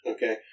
Okay